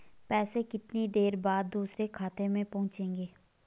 पैसे कितनी देर बाद दूसरे खाते में पहुंचेंगे?